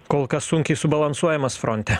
kol kas sunkiai subalansuojamas fronte